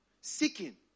Seeking